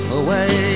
away